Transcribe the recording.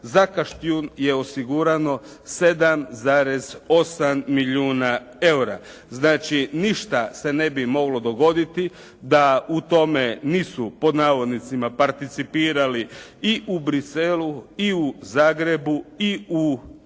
Za Kaštjun je osigurano 7,8 milijuna eura. Znači, ništa se ne bi moglo dogoditi da u tome nisu pod navodnicima participirali i u Bruxellesu i u Zagrebu i u gradu